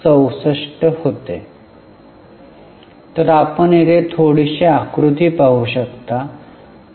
तर आपण येथे थोडीशी आकृती पाहू शकता